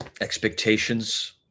expectations